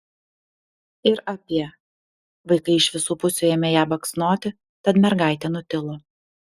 ir apie vaikai iš visų pusių ėmė ją baksnoti tad mergaitė nutilo